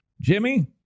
Jimmy